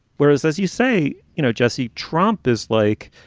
whereas as you say, you know, jesse trump is like,